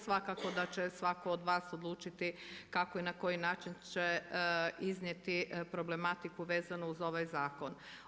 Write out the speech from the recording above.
Svakako da će svako od vas odlučiti kako i na koji način će iznijeti problematiku vezano uz ovaj zakon.